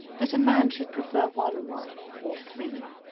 that a man should prefer one wife or three?